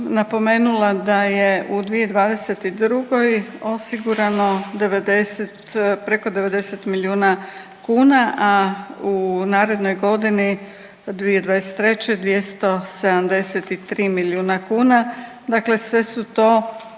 napomenula da je u 2022. osigurano 90, preko 90 milijuna kuna, a u narednoj godini 2023. 273 milijuna kuna, dakle sve su to